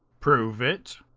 prove it.